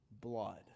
blood